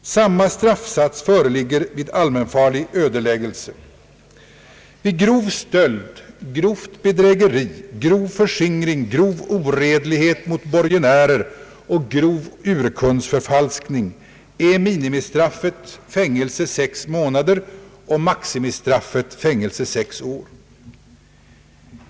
Samma straffsats föreligger vid allmänfarlig ödeläggelse. Vid grov stöld, grovt bedrägeri, grov förskingring, grov oredlighet mot borgenärer och grov urkundsförfalskning är minimistraffet fängelse sex månader och maximistraffet fängelse sex år.